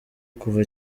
kuva